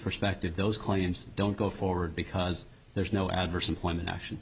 perspective those claims don't go forward because there's no adverse employment action